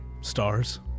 Stars